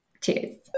Cheers